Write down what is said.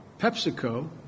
PepsiCo